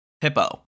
hippo